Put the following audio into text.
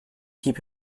keep